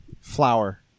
Flower